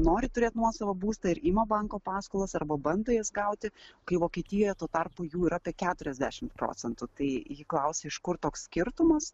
nori turėt nuosavą būstą ir ima banko paskolas arba bando jas gauti kai vokietijoje tuo tarpu jų yra apie keturiasdešim procentų tai ji klausė iš kur toks skirtumas